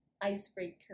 icebreaker